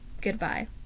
Goodbye